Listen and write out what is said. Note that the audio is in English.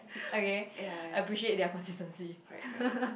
okay appreciate their consistency